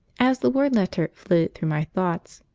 as the word letter flitted through my thoughts,